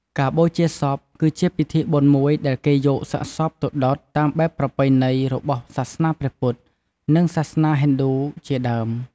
ការបូជាសព គឺជាពិធីបុណ្យមួយដែលគេយកសាកសពទៅដុត តាមបែបប្រពៃណីរបស់សាសនាព្រះពុទ្ធ និងសាសនាហិណ្ឌូ ជាដើម។